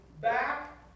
back